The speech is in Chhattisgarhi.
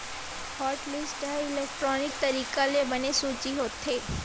हॉटलिस्ट ह इलेक्टानिक तरीका ले बने सूची होथे